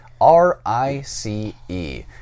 R-I-C-E